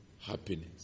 happiness